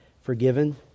forgiven